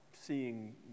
seeing